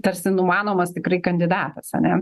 tarsi numanomas tikrai kandidatas ane